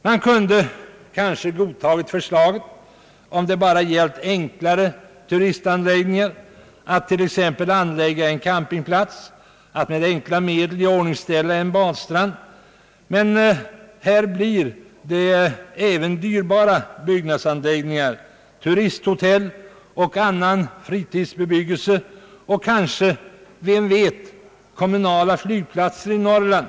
Man kunde kanske ha godtagit förslaget om det bara gällt enklare turistanläggningar, som t.ex. att uppföra en campingplats och med enkla medel iordningställa en badstrand, men det blir här även fråga om dyrbara byggnadsanläggningar, turisthotell och an nan fritidsbebyggelse och kanske — vem vet — kommunala flygplatser i Norrland.